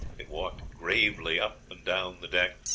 it walked gravely up and down the deck,